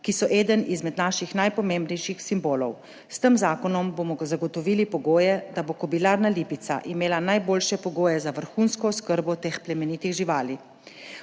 ki so eden izmed naših najpomembnejših simbolov. S tem zakonom bomo zagotovili pogoje, da bo Kobilarna Lipica imela najboljše pogoje za vrhunsko oskrbo teh plemenitih živali.